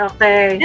Okay